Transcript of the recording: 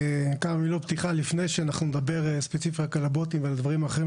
כמה מילות פתיחה לפני שאנחנו נדבר ספציפית על הבוטים ועל הדברים האחרים.